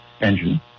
engine